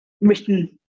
written